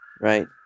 right